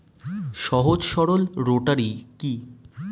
সহজ সরল রোটারি কি?